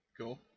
Cool